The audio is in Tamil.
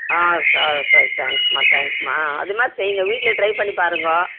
ஆ தேங்க்ஸ்மா தேங்க்ஸ்மா ஆ அது மாதிரி செய்யுங்க வீட்டிலே ட்ரை பண்ணி பாருங்க